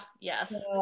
Yes